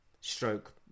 stroke